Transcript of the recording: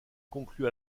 conclut